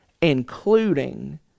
including